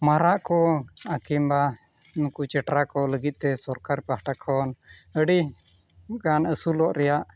ᱢᱟᱨᱟᱜ ᱠᱚ ᱠᱤᱢᱵᱟ ᱱᱩᱠᱩ ᱪᱮᱴᱨᱟ ᱠᱚ ᱞᱟᱹᱜᱤᱫ ᱛᱮ ᱥᱚᱨᱠᱟᱨ ᱯᱟᱦᱴᱟ ᱠᱷᱚᱱ ᱟᱹᱰᱤ ᱜᱟᱱ ᱟᱹᱥᱩᱞᱚᱜ ᱨᱮᱭᱟᱜ